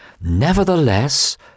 Nevertheless